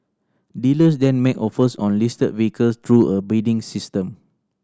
dealers then make offers on listed vehicles through a bidding system